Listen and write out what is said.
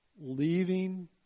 Leaving